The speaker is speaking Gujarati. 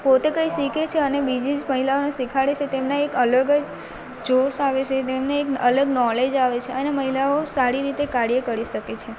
પોતે કંઇ શીખે છે અને બીજી જ મહિલાઓને શીખવાડે છે તેમના એક અલગ જ જોશ આવે છે તેમને એક અલગ નોલેજ આવે છે અને મહિલાઓ સારી રીતે કાર્ય કરી શકે છે